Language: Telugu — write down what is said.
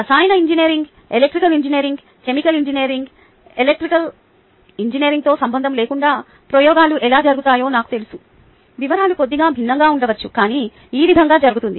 రసాయన engineering electrical engineering chemical engineering electrical ఇంజనీరింగ్తో సంబంధం లేకుండా ప్రయోగాలు ఎలా జరుగుతాయో నాకు తెలుసు వివరాలు కొద్దిగా భిన్నంగా ఉండవచ్చు కానీ ఈ విధంగా జరుగుతుంది